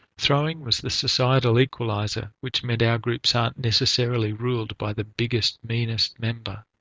throwing was the societal equalizer which meant our groups aren't necessarily ruled by the biggest meanest member.